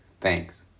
Thanks